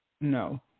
no